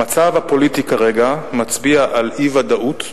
המצב הפוליטי כרגע מצביע על אי-ודאות,